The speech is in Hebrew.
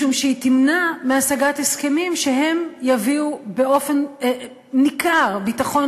משום שהיא תמנע השגת הסכמים שיביאו באופן ניכר ביטחון